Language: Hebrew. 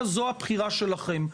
זו הבחירה שלכם,